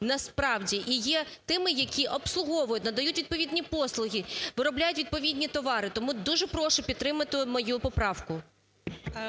насправді і є тими, які обслуговують, надають відповідні послуги, виробляють відповідні товари. Тому дуже прошу підтримати мою поправку. ГОЛОВУЮЧИЙ.